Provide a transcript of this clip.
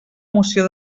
moció